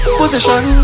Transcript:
position